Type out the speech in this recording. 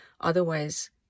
Otherwise